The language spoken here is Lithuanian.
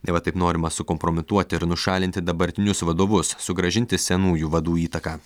neva taip norima sukompromituoti ir nušalinti dabartinius vadovus sugrąžinti senųjų vadų įtaką